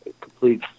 complete